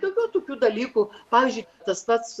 daugiau tokių dalykų pavyzdžiui tas pats